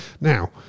Now